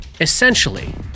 essentially